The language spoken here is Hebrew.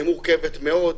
היא מורכבת מאוד.